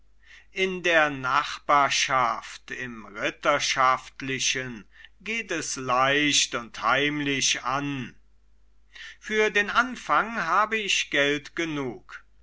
in der nachbarschaft im ritterschaftlichen geht es leicht und heimlich an für den anfang habe ich geld genug